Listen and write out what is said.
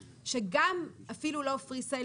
שגם אפילו לא Free Sale,